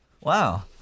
Wow